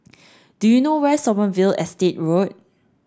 do you know where is Sommerville Estate Road